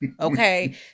Okay